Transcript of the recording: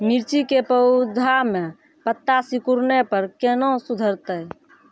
मिर्ची के पौघा मे पत्ता सिकुड़ने पर कैना सुधरतै?